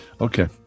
okay